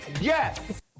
Yes